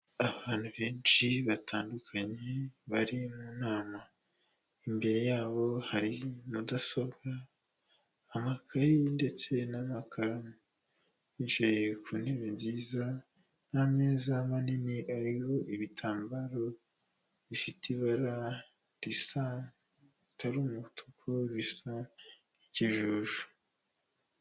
Abantu benshi batandukanye, bari mu nama, imbere y'abo hari mudasobwa, amakaye ndetse n'amakaramu, bicaye ku ntebe nziza, n'ameza manini ariho ibitambaro, bifite ibara risa, ritari umutuku, risa n'ikijuju